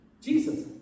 Jesus